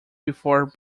before